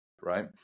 right